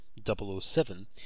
007